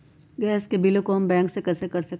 Gas के बिलों हम बैंक से कैसे कर सकली?